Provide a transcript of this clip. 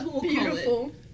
Beautiful